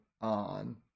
on